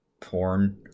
porn